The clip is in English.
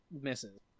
misses